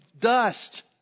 dust